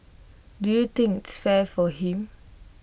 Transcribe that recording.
do you think its fair for him